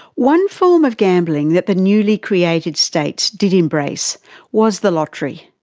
one form of gambling that the newly created states did embrace was the lottery.